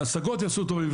ההשגות יעשו טובים,